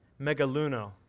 megaluno